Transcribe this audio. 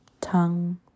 Tongue